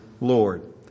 Lord